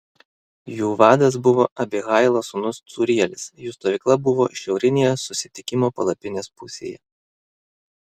jų vadas buvo abihailo sūnus cūrielis jų stovykla buvo šiaurinėje susitikimo palapinės pusėje